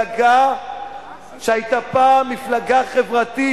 מפלגה שהיתה פעם מפלגה חברתית,